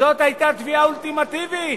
זו היתה תביעה אולטימטיבית